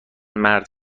مرد